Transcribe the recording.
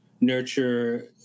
nurture